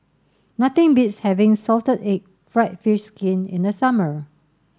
nothing beats having salted egg fried fish skin in the summer